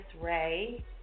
Ray